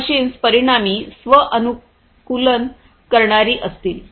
ही machines परिणामी स्व अनुकूलन करणारी असतील